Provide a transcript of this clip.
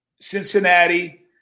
Cincinnati